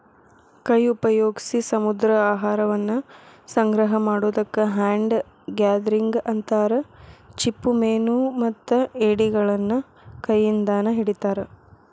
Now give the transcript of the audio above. ಕೈ ಉಪಯೋಗ್ಸಿ ಸಮುದ್ರಾಹಾರವನ್ನ ಸಂಗ್ರಹ ಮಾಡೋದಕ್ಕ ಹ್ಯಾಂಡ್ ಗ್ಯಾದರಿಂಗ್ ಅಂತಾರ, ಚಿಪ್ಪುಮೇನುಮತ್ತ ಏಡಿಗಳನ್ನ ಕೈಯಿಂದಾನ ಹಿಡಿತಾರ